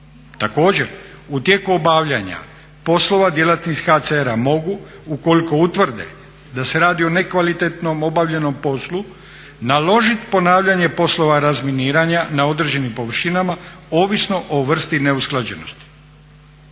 Također, u tijeku obavljanja poslova djelatnici HCR-a mogu ukoliko utvrde da se radi o nekvalitetno obavljenom poslu naložiti ponavljanje poslova razminiranja na određenim površinama ovisno o vrsti neusklađenosti.